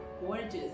gorgeous